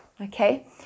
Okay